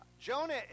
Jonah